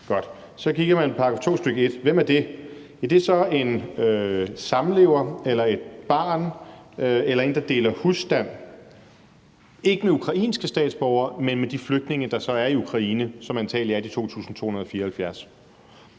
Så kigger man på § 2, stk. 1. Hvem er det? Det er så en samlever eller et barn eller en, der deler husstand, ikke med ukrainske statsborgere, men med de flygtninge, der så er i Ukraine, og som antagelig er de 2.274.